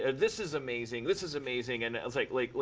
and this is amazing! this is amazing! and it's like, like like